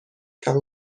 can